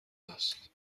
هست